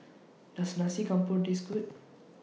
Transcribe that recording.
Does Nasi Campur Taste Good